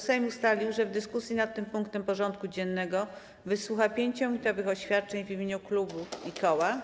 Sejm ustalił, że w dyskusji nad tym punktem porządku dziennego wysłucha 5-minutowych oświadczeń w imieniu klubów i koła.